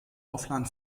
offline